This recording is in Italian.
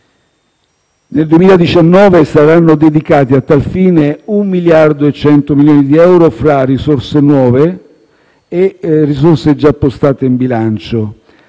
Nel 2019 saranno dedicati a tal fine 1 miliardo e 100 milioni di euro fra risorse nuove e risorse già appostate in bilancio.